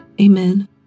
Amen